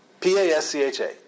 P-A-S-C-H-A